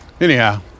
Anyhow